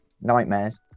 nightmares